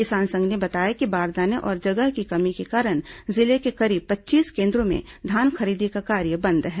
किसान संघ ने बताया कि बारदाने और जगह की कमी के कारण जिले के करीब पच्चीस केन्द्रों में धान खरीदी का कार्य बंद है